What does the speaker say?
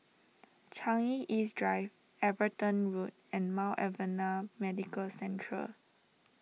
Changi East Drive Everton Road and Mount Alvernia Medical Central